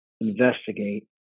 investigate